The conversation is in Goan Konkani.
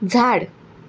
झाड